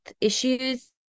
issues